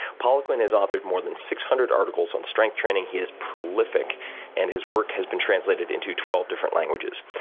poliquin has authored more than six hundred articles on strength training he is prolific and his work has been translated into twelve different languages.